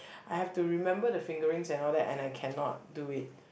I have to remember the fingerings and all that and I cannot do it